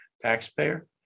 taxpayer